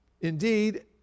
indeed